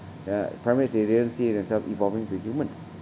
uh primates they didn't see themselves evolving to humans